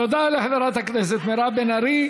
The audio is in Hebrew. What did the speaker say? תודה לחברת הכנסת מירב בן ארי.